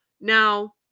Now